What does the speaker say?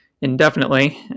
indefinitely